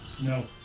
No